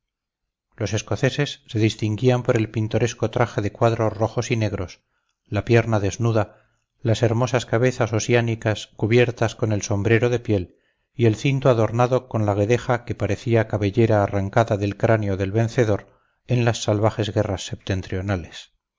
los escoceses se distinguían por el pintoresco traje de cuadros rojos y negros la pierna desnuda las hermosas cabezas osiánicas cubiertas con el sombrero de piel y el cinto adornado con la guedeja que parecía cabellera arrancada del cráneo del vencedor en las salvajes guerras septentrionales